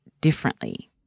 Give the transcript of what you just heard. differently